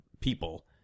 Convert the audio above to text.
people